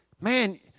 man